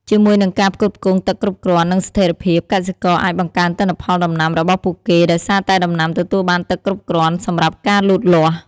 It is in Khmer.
ជាមួយនឹងការផ្គត់ផ្គង់ទឹកគ្រប់គ្រាន់ និងស្ថិរភាព កសិករអាច បង្កើនទិន្នផលដំណាំរបស់ពួកគេ ដោយសារតែដំណាំទទួលបានទឹកគ្រប់គ្រាន់សម្រាប់ការលូតលាស់។